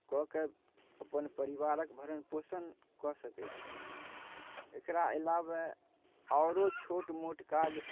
कऽ के अपन परिवारक भरण पोषण कऽ सकै छै एकरा अलावे आओरो छोट मोट काज